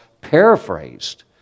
paraphrased